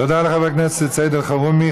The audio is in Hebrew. תודה לחבר הכנסת סעיד אלחרומי.